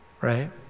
right